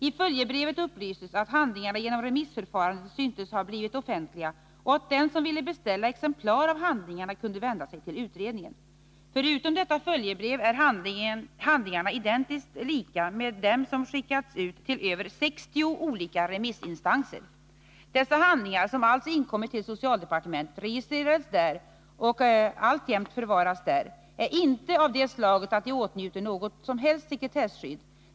I följebrevet upplystes att handlingarna genom remissförfarandet syntes ha blivit offentliga och att den som ville beställa exemplar av handlingarna kunde vända sig till utredningen. Förutom detta följebrev är handlingarna identiskt lika med dem som skickats ut till över sextio olika remissinstanser. Dessa handlingar — som alltså inkommit till socialdepartementet, registrerats där och alltjämt förvaras där — är inte av det slaget att de åtnjuter något som helst sekretesskydd.